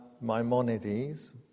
Maimonides